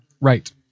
Right